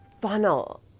funnel